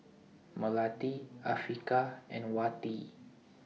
Melati Afiqah and Wati